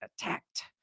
attacked